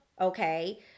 okay